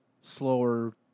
slower